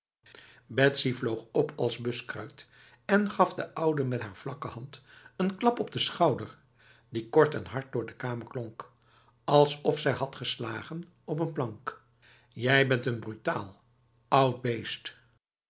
vloog op als buskruit en gaf de oude met hare vlakke hand een klap op de schouder die kort en hard door de kamer klonk alsof zij had geslagen op een plank je bent een brutaal oud beest